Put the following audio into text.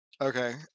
Okay